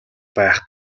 байх